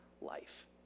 life